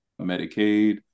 Medicaid